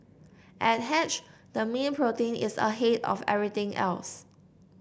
at Hatched the mean protein is ahead of everything else